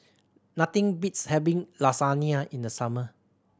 nothing beats having Lasagna in the summer